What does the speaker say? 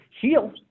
heal